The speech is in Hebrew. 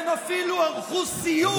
הן אפילו ערכו סיור,